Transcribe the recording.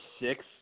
Six